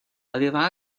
aveva